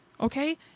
Okay